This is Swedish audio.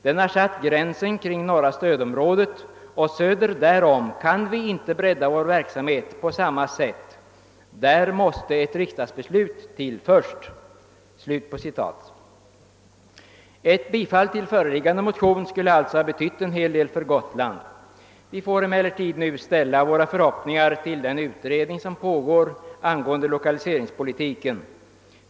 Den har satt gränsen kring norra stödområdet och söder därom kan vi inte bredda vår verksamhet på samma sätt, där måste ett riksdagsbeslut till först.> Ett bifall till föreliggande motion skulle alltså ha betytt en hel del för Gotland. Vi får emellertid nu ställa våra förhoppningar till den utredning som pågår angående lokaliseringspolitiken.